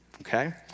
okay